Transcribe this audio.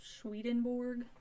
Swedenborg